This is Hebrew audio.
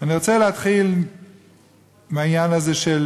אני רוצה להתחיל מהעניין הזה של